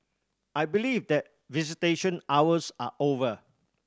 I believe that visitation hours are over